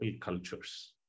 cultures